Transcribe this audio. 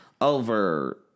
over